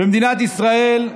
במדינת ישראל,